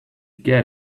get